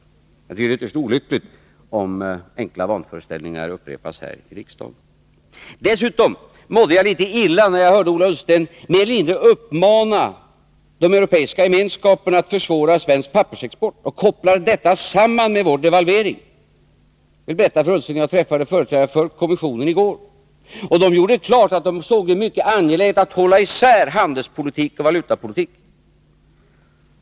Jag tycker att det är ytterst olyckligt om enkla vanföreställningar upprepas här i riksdagen. Dessutom vill jag säga att jag mådde litet illa när jag hörde Ola Ullsten mer eller mindre uppmana Europeiska gemenskapen att försvåra svensk pappersexport och koppla samman detta med vår devalvering. Jag vill berätta för Ola Ullsten att jag träffade företrädare för kommissionen i går. De gjorde klart att de såg det som mycket angeläget att man håller isär handelspolitik och valutapolitik.